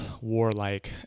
warlike